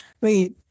wait